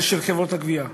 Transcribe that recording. הן של חברות הגבייה,